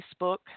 Facebook